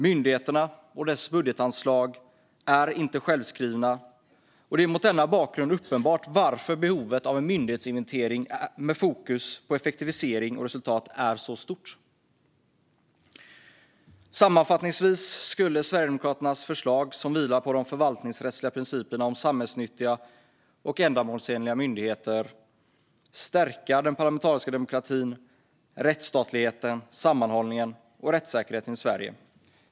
Myndigheternas budgetansvar är inte självskrivet, och det är mot denna bakgrund uppenbart varför behovet av en myndighetsinventering med fokus på effektivisering och resultat är så stort. Sammanfattningsvis skulle Sverigedemokraternas förslag, som vilar på de förvaltningsrättsliga principerna om samhällsnyttiga och ändamålsenliga myndigheter, stärka den parlamentariska demokratin, rättsstatligheten, sammanhållningen och rättssäkerheten i Sverige.